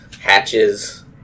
hatches